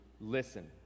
listen